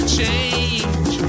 change